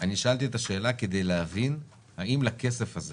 אני שאלתי את השאלה כדי להבין האם לכסף הזה